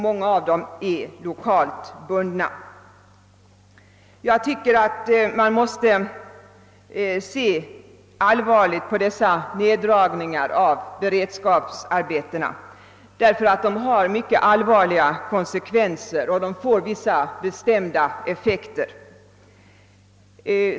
Många är också lokalt bundna. Man måste se allvarligt på dessa nedskärningar av beredskapsarbetena eftersom de har mycket bekymmersamma konsekvenser och bestämda negativa effekter.